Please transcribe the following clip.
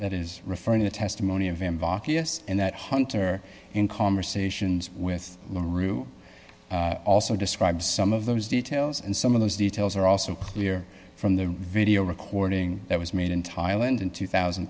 that is referring to the testimony of mbox yes and that hunter in conversations with laura you also describe some of those details and some of those details are also clear from the video recording that was made in thailand in two thousand